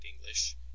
English